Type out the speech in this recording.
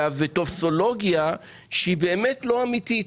וטופסולוגיה שהיא באמת לא אמיתית.